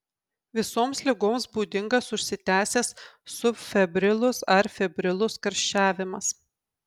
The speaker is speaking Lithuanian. visoms ligoms būdingas užsitęsęs subfebrilus ar febrilus karščiavimas